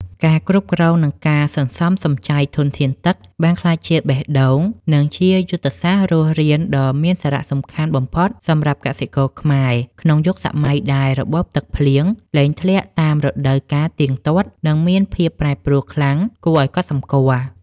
ការគ្រប់គ្រង និងការសន្សំសំចៃធនធានទឹកបានក្លាយជាបេះដូង និងជាយុទ្ធសាស្ត្ររស់រានដ៏មានសារៈសំខាន់បំផុតសម្រាប់កសិករខ្មែរ ក្នុងយុគសម័យដែលរបបទឹកភ្លៀងលែងធ្លាក់តាមរដូវកាលទៀងទាត់ និងមានភាពប្រែប្រួលខ្លាំងគួរឱ្យកត់សម្គាល់។